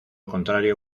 contrario